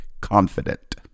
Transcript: confident